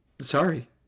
sorry